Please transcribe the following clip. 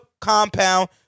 compound